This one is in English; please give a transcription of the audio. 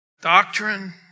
doctrine